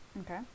Okay